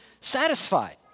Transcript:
satisfied